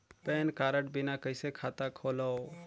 Pan card बिना कइसे खाता खोलव?